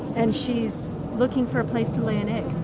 and she's looking for place to lay an egg.